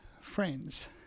friends